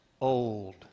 old